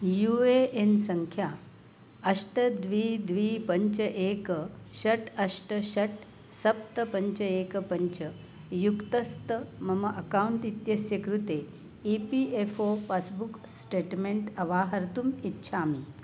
you A N सङ्ख्या अष्ट द्वे द्वे पञ्च एक षट् अष्ट षट् सप्त पञ्च एकं पञ्च युक्तस्त मम अकौण्ट् इत्यस्य कृते E P F O passbook statement अवाहर्तुम् इच्छामि